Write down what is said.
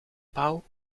pauw